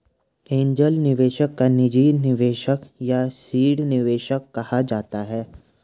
angel निवेशक को निजी निवेशक या सीड निवेशक कहा जाता है